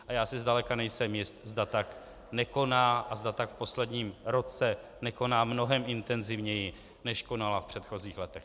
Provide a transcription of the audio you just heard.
A já si zdaleka nejsem jist, zda tak nekoná a zda tak v posledním roce nekoná mnohem intenzivněji, než konala v předchozích letech.